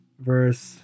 verse